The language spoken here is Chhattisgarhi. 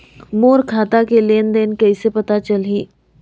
मोर खाता के लेन देन कइसे पता चलही?